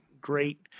Great